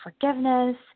forgiveness